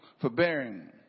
forbearing